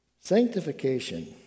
Sanctification